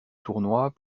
tournoi